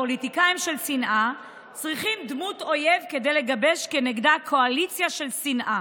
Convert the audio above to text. פוליטיקאים של שנאה צריכים דמות אויב כדי לגבש נגדה קואליציה של שנאה.